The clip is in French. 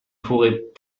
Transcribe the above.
forêts